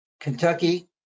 Kentucky